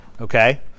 okay